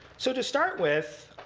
so to start with,